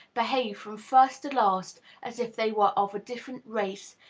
behave from first to last as if they were of a different race,